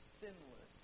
sinless